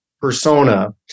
persona